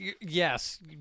yes